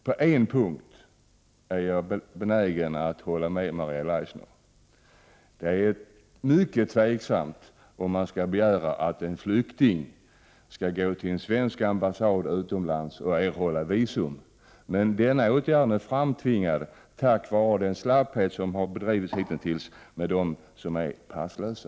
På en punkt är jag benägen att hålla med Maria Leissner: Det är mycket tveksamt om man skall begära att en flykting skall gå till en svensk ambassad utomlands för att erhålla visum. Det är en åtgärd som är framtvingad av den slapphet som hittills präglat behandlingen av de passlösa.